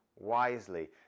wisely